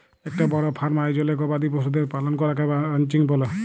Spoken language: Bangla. একটা বড় ফার্ম আয়জলে গবাদি পশুদের পালন করাকে রানচিং ব্যলে